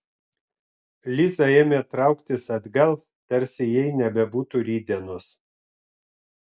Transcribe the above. liza ėmė trauktis atgal tarsi jai nebebūtų rytdienos